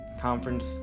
conference